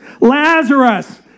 Lazarus